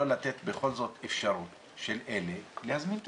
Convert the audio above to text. אבל למה לא לתת בכל זאת אפשרות להזמין תורים?